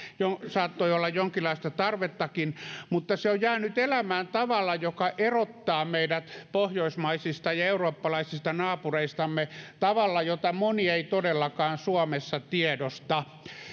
saattoi olla jonkinlaista tarvettakin mutta se on jäänyt elämään tavalla joka erottaa meidät pohjoismaisista ja eurooppalaisista naapureistamme tavalla jota moni ei todellakaan suomessa tiedosta